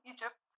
Egypt